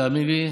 תאמין לי,